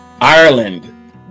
Ireland